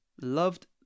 Loved